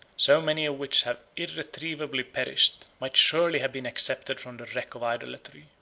so many of which have irretrievably perished, might surely have been excepted from the wreck of idolatry,